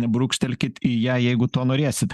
brūkštelkit į ją jeigu to norėsit